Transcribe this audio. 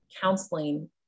counseling